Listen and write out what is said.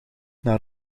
naar